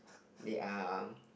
they are